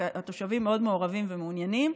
והתושבים מאוד מעורבים ומעוניינים.